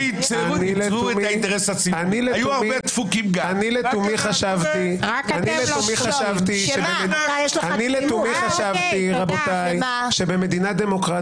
אני לתומי חשבתי --- אתה איבדת את זה לגמרי.